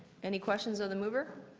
any questions of the mover?